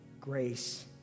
grace